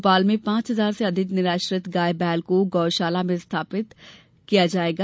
भोपाल नगर में पाँच हजार से अधिक निराश्रित गाय बैल को गौ शाला में विस्थापित किया जायेगा